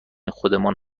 خودمان